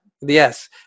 Yes